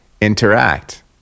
interact